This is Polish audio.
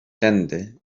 tędy